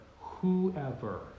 whoever